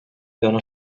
dóna